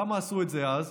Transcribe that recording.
למה עשו את זה אז?